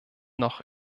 noch